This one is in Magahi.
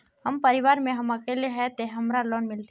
हम परिवार में हम अकेले है ते हमरा लोन मिलते?